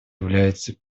является